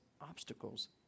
obstacles